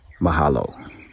mahalo